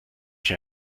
hier